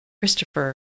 Christopher